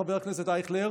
חבר הכנסת אייכלר,